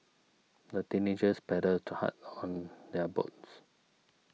the teenagers paddled hard on their boats